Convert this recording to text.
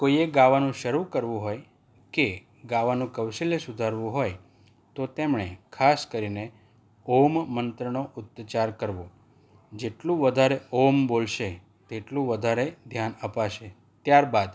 કોઈએ ગાવાનું શરૂ કરવું હોય કે ગાવાનું કૌશલ્ય સુધારવું હોય તો તેમણે ખાસ કરીને ઓમ મંત્રનો ઉચ્ચાર કરવો જેટલું વધારે ઓમ બોલશે તેટલું વધારે ધ્યાન અપાશે ત્યાર બાદ